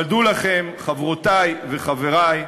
אבל דעו לכם, חברותי וחברי,